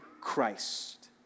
Christ